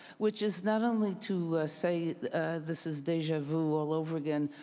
which is not only to say this is deja vu all over again